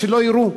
שלא יירו.